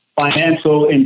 financial